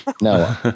No